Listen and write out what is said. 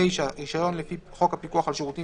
(9)רישיון לפי חוק הפיקוח על שירותים